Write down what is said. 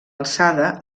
alçada